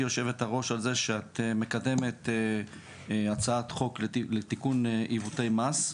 יושבת הראש על זה שאת מקדמת הצעת חוק לתיקון עיוותי מס.